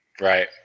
Right